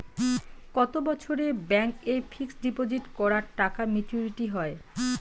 কত বছরে ব্যাংক এ ফিক্সড ডিপোজিট করা টাকা মেচুউরিটি হয়?